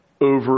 over